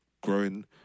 growing